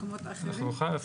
אנחנו נוכל, במסמך שכבר כתבנו.